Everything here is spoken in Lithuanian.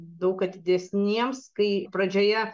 daug atidesniems kai pradžioje